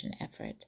effort